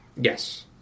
Yes